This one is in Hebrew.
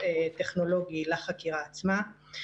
טכנולוגי לחקירה עצמה.